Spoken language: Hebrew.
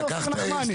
אני אופיר נחמני.